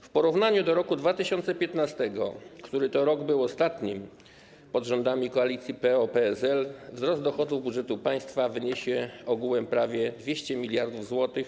W porównaniu z rokiem 2015, który to rok był ostatni pod rządami koalicji PO-PSL, wzrost dochodów budżetu państwa wyniesie ogółem prawie 200 mld zł.